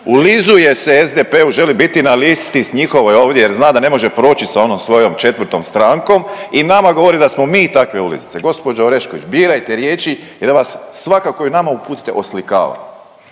Ulizuje se SDP-u, želi biti na listi njihovoj ovdje jer zna da ne može proći s onom svojom 4. strankom i nama govori da smo mi takve ulizice. Gospođo Orešković, birajte riječi jer vas svaka koju nama uputite oslikava.